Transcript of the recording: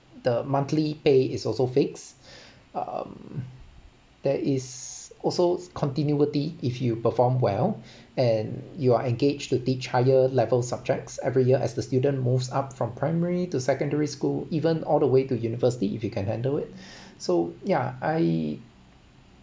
the monthly pay is also fixed um there is also continuity if you perform well and you are engaged to teach higher level subjects every year as the student moves up from primary to secondary school even all the way to university if you can handle it so yeah I